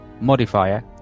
modifier